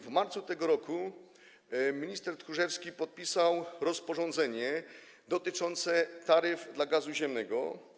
W marcu tego roku minister Tchórzewski podpisał rozporządzenie dotyczące taryf dla gazu ziemnego.